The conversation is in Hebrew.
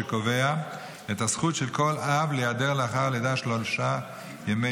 שקובע את הזכות של כל אב להיעדר לאחר הלידה שלושה ימי